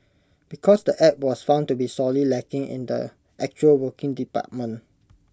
because the app was found to be sorely lacking in the actually working department